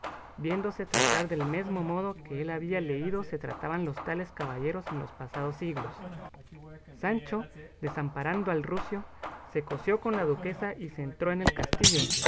viéndose tratar del mesmo modo que él había leído se trataban los tales caballeros en los pasados siglos sancho desamparando al rucio se cosió con la duquesa y se entró en el castillo